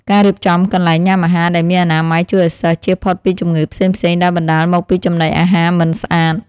ការរៀបចំកន្លែងញ៉ាំអាហារដែលមានអនាម័យជួយឱ្យសិស្សជៀសផុតពីជំងឺផ្សេងៗដែលបណ្តាលមកពីចំណីអាហារមិនស្អាត។